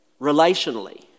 relationally